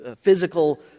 physical